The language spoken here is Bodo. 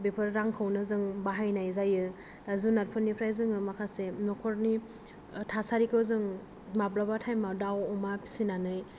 बेफोर रांखौनो जों बाहायनाय जायो जुनारफोर निफ्राय जोङो माखासे न'खरनि थासारिखौ जों माब्लाबा टाइम आव दाव अमा फिसिनानै